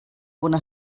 bona